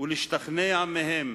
ולהשתכנע מהם,